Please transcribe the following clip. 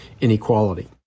inequality